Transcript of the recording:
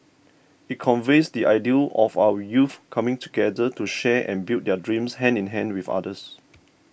it conveys the ideal of our youth coming together to share and build their dreams hand in hand with others